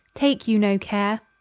take you no care,